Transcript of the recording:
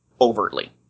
overtly